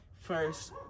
first